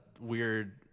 weird